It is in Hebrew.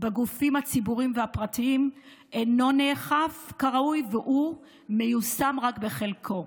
בגופים הציבוריים והפרטיים אינו נאכף כראוי ומיושם רק בחלקו.